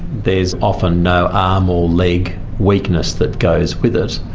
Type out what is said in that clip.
there's often no arm or leg weakness that goes with it,